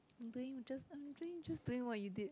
I'm doing just I'm doing just doing what you did